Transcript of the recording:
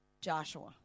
Joshua